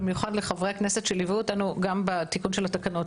במיוחד לחברי הכנסת שליוו אותנו גם בתיקון של התקנות.